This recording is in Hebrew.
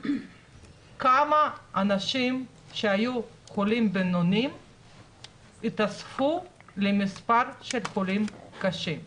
כמה אנשים שהיו חולים בינוניים התאספו למס' של חולים קשים?